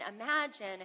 imagine